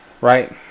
right